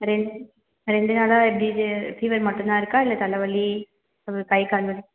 ரெண்டு ரெண்டு நாளாக எப்படி இது ஃபீவர் மட்டும்தான் இருக்கா இல்லை தலைவலி அப்புறம் கைக்கால் வலி